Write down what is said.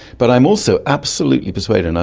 but i'm also absolutely persuaded,